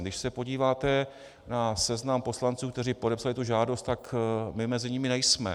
Když se podíváte na seznam poslanců, kteří podepsali tu žádost, tak my mezi nimi nejsme.